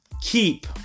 keep